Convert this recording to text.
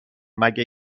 مگه